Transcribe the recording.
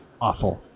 Awful